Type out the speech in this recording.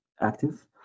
active